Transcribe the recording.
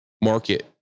market